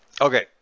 Okay